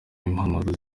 impapuro